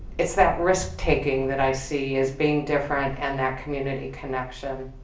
it's that risk taking that i see as being different and that community connection.